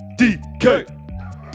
DK